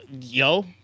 yo